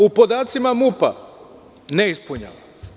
U podacima MUP-a ne ispunjava.